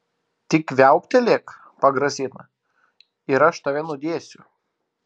tik viauktelėk pagrasina ir aš tave nudėsiu